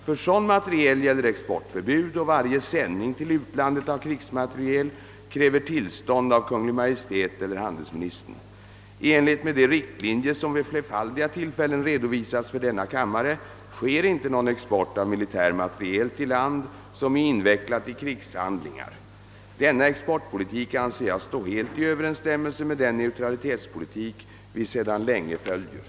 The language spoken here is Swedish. För sådan materiel gäller exportförbud, och varje sändning till utlandet av krigsmateriel kräver tillstånd av Kungl. Maj:t eller handels ministern. I enlighet med de riktlinjer som vid flerfaldiga tillfällen redovisats för denna kammare sker inte någon export av militär materiel till land som är invecklat i krigshandlingar. Denna exportpolitik anser jag stå helt i överensstämmelse med den neutralitetspolitik vi sedan länge följer.